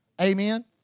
Amen